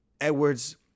Edwards